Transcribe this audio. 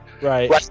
Right